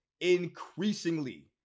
increasingly